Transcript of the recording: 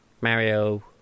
Mario